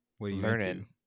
learning